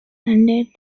mandate